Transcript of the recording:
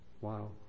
Wow